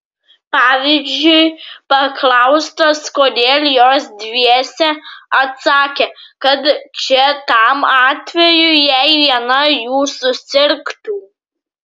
pavyzdžiui paklaustos kodėl jos dviese atsakė kad čia tam atvejui jei viena jų susirgtų